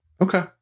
Okay